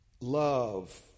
Love